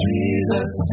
Jesus